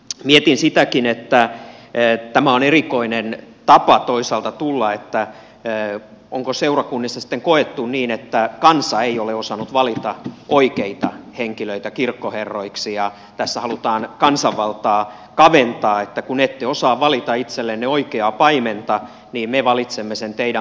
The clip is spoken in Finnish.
mietin sitäkin että tämä on erikoinen tapa toisaalta tulla että onko seurakunnissa sitten koettu niin että kansa ei ole osannut valita oikeita henkilöitä kirkkoherroiksi ja tässä halutaan kansanvaltaa kaventaa että kun ette osaa valita itsellenne oikeaa paimenta niin me valitsemme sen teidän puolestanne